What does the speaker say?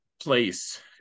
place